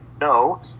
no